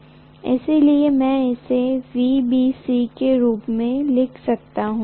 इसलिए मैं इसे VBC के रूप में लिख सकता हूं